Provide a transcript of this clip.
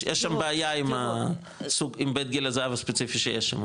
יש שם בעיה עם בית גיל הזהב הספציפי שיש שם,